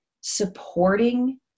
supporting